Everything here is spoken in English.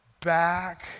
Back